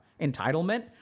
entitlement